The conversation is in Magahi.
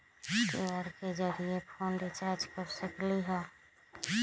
कियु.आर कोड के जरिय फोन रिचार्ज कर सकली ह?